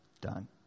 Done